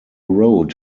road